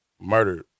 murdered